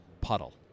puddle